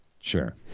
Sure